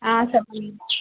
చెప్పండి